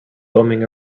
bumming